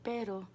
Pero